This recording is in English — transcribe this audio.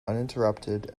uninterrupted